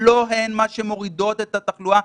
לא הן מה שמוריד את התחלואה,